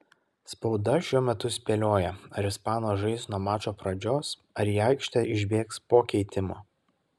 spauda šiuo metu spėlioja ar ispanas žais nuo mačo pradžios ar į aikštę išbėgs po keitimo